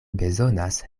bezonas